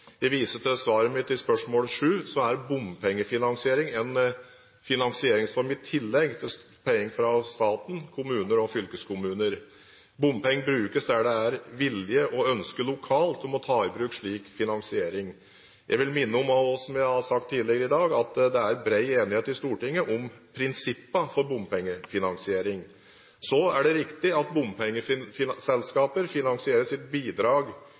Jeg viser til svaret mitt til spørsmål sju, som gjelder bompengefinansiering – en finansieringsform i tillegg til penger fra staten, kommuner og fylkeskommuner. Bompenger brukes der det er vilje og ønske lokalt om å ta i bruk slik finansiering. Jeg vil minne om, som jeg òg har sagt tidligere i dag, at det er bred enighet i Stortinget om prinsippene for bompengefinansiering. Det er riktig at bompengeselskaper finansierer sitt bidrag